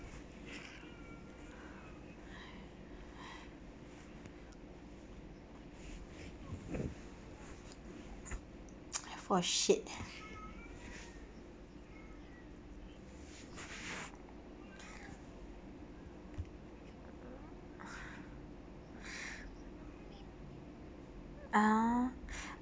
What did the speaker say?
for shit oh